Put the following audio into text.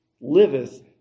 liveth